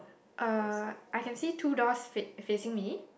uh I can see two doors fa~ facing me